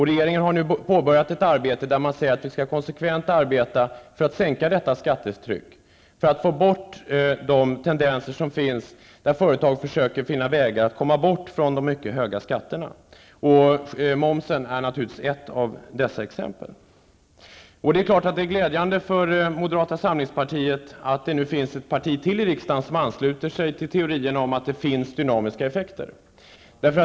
Regeringen har nu påbörjat ett arbete som är konsekvent inriktat på att sänka skattetrycket och därmed få bort de tendenser som finns att företag försöker finna vägar att komma bort från de mycket höga skatterna, och dit hör naturligtvis momsen. Det är självfallet glädjande för moderata samlingspartiet att det nu finns ett parti till i riksdagen som ansluter sig till teorin om dynamiska effekter.